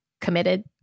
committed